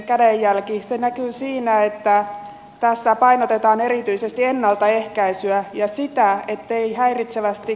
se näkyy siinä että tässä painotetaan erityisesti ennaltaehkäisyä ja esittää ettei häiritsevästi